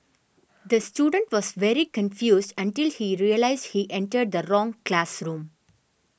the student was very confused until he realised he entered the wrong classroom